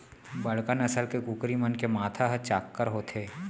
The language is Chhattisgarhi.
बड़का नसल के कुकरी मन के माथा ह चाक्कर होथे